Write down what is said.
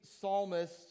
psalmist